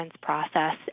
process